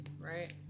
right